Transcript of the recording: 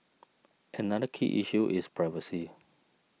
another key issue is privacy